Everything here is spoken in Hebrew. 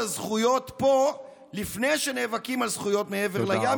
הזכויות פה לפני שנאבקים על זכויות מעבר לים,